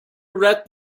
read